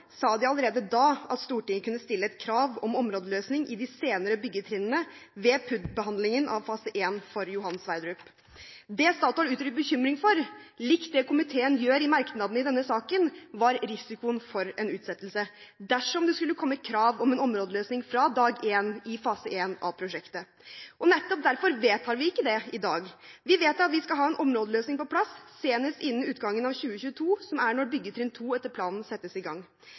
sa de allerede da at Stortinget kunne stille et krav om områdeløsning i de senere byggetrinnene ved PUD-behandlingen av fase en for Johan Sverdrup. Det Statoil uttrykte bekymring for, i likhet med det komiteen gjør i merknadene i innstillingen i denne saken, var risikoen for en utsettelse dersom det skulle komme krav om en områdeløsning fra dag én i fase en av prosjektet. Nettopp derfor vedtar vi ikke det i dag. Vi vedtar at vi skal ha en områdeløsning på plass senest innen utgangen av 2022, som er når byggetrinn 2 etter planen settes i gang.